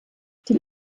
den